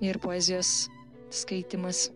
ir poezijos skaitymas